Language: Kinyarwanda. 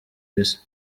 isi